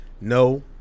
no